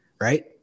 right